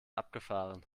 abgefahren